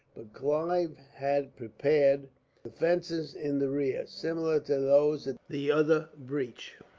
but clive had prepared defences in the rear, similar to those at the other breach